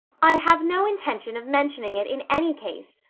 i have no intention of mentioning it in any case,